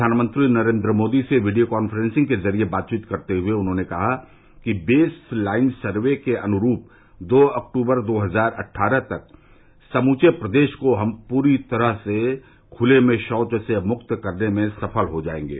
प्रधानमंत्री नरेन्द्र मोदी से video conferencing के ज़रिये बातचीत करते हुए उन्होंने कहा कि बेस लाइन सर्वे के अनुरूप दो अक्टूबर दो हजार अट्ठारह तक समूचे प्रदेश को हम पूरी तरह खुले में शौच से मुक्त करने में सफल हो जायेंगे